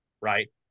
right